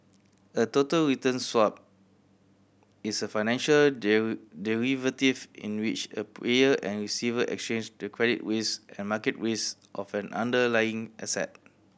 a total return swap is a financial derivative in which a payer and receiver exchange the credit risk and market risk of an underlying asset